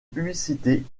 publicités